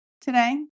today